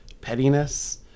pettiness